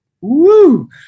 Woo